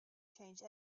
change